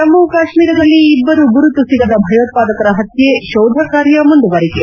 ಜಮ್ಮ ಕಾಶ್ಮೀರದಲ್ಲಿ ಇಬ್ಬರು ಗುರುತ ಸಿಗದ ಭಯೋತ್ಪಾದಕರ ಹತ್ತೆ ಶೋಧ ಕಾರ್ಯ ಮುಂದುವರಿಕೆ